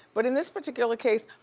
but in this particular case,